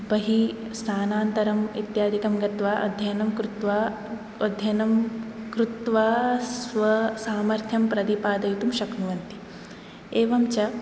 बहि स्थानान्तरम् इत्यादिकं गत्वा अध्ययनं कृत्वा अध्ययनं कृत्वा स्वसामर्थ्यं प्रतिपादयितुं शक्नुवन्ति एवञ्च